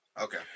Okay